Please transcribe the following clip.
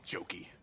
Jokey